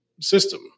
system